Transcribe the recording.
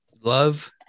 Love